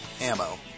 ammo